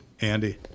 Andy